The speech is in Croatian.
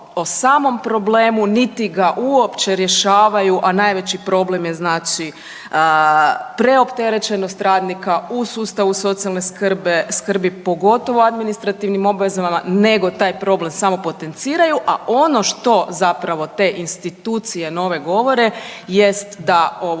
o samom problemu niti ga uopće rješavaju, a najveći problem je znači preopterećenost radnika u sustavu socijalne skrbi, pogotovo administrativnim obvezama nego taj problem samo potenciraju, a ono što zapravo te institucije nove govore jest da